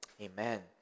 amen